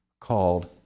called